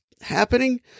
happening